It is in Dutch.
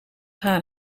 haar